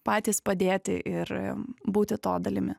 patys padėti ir būti to dalimi